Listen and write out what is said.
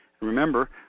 Remember